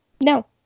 no